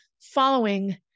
following